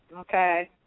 Okay